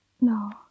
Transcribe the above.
No